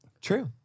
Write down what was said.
True